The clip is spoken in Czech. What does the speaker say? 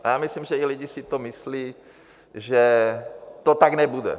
Já myslím, že i lidi si to myslí, že to tak nebude.